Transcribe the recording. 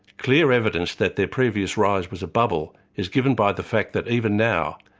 clear evidence that their previous rise was a bubble is given by the fact that even now,